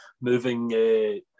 moving